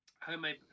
homemade